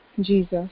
Jesus